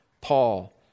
Paul